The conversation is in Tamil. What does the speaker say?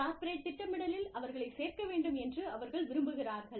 கார்ப்பரேட் திட்டமிடலில் அவர்களைச் சேர்க்க வேண்டும் என்று அவர்கள் விரும்புகிறார்கள்